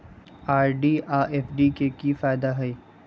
RD आ FD के कि फायदा हई?